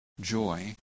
joy